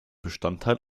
bestandteil